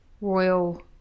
Royal